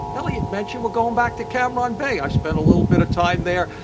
elliott meant you were going back to cam ranh bay. i spent a little bit of time there,